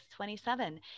27